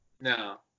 No